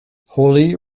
holy